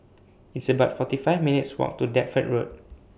It's about forty five minutes' Walk to Deptford Road